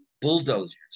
bulldozers